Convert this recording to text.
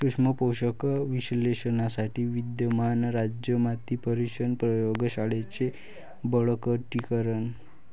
सूक्ष्म पोषक विश्लेषणासाठी विद्यमान राज्य माती परीक्षण प्रयोग शाळांचे बळकटीकरण